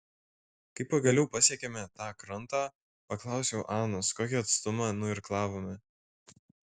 kai pagaliau pasiekėme tą krantą paklausiau anos kokį atstumą nuirklavome